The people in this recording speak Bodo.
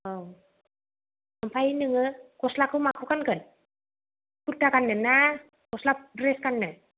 औ ओमफ्राय नोङो गस्लाखौ माखौ गानगोन कुर्ता गानगोन ना गस्ला द्रेस गानो